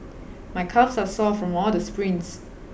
my calves are sore from all the sprints